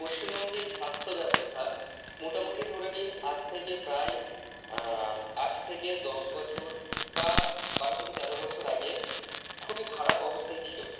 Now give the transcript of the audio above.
পশ্চিমবঙ্গের স্বাস্থ্যব্যবস্থা মোটামুটি ধরে নিন আজ থেকে প্রায় আট থেকে দশ বছর বা বারো থেকে তেরো বছর আগে খুবই খারাপ অবস্থায় ছিল